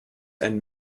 and